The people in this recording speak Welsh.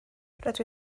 rydw